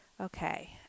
Okay